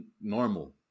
normal